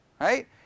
Right